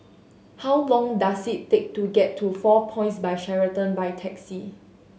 how long does it take to get to Four Points By Sheraton by taxi